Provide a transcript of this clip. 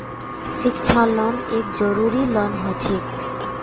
शिक्षा लोन एक जरूरी लोन हछेक